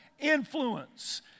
Influence